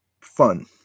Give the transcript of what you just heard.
fun